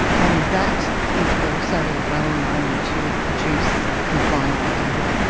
and that is also well known to produce compliant behaviour,